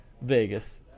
Vegas